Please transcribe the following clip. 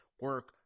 Work